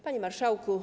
Panie Marszałku!